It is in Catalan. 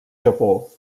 japó